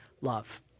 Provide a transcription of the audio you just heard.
love